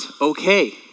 okay